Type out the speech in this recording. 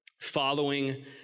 following